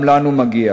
גם לנו מגיע.